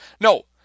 No